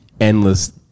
endless